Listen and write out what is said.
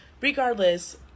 regardless